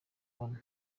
ubona